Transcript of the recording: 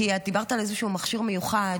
את דיברת על איזשהו מכשיר מיוחד,